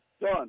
done